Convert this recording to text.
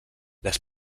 les